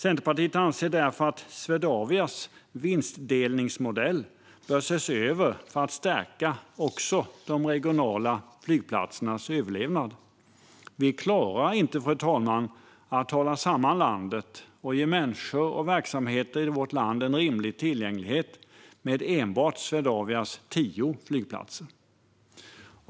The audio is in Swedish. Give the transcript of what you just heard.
Centerpartiet anser därför att Swedavias vinstdelningsmodell bör ses över för att stärka också de regionala flygplatsernas möjligheter till överlevnad. Vi klarar inte, fru talman, att hålla samman landet och att ge människor och verksamheter i vårt land en rimlig tillgänglighet med enbart Swedavias tio flygplatser.